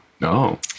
No